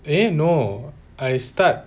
eh no I start